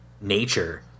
nature